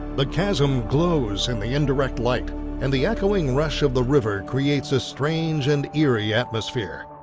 the chasm glows in the indirect light and the echoing rush of the river creates a strange and eerie atmosphere.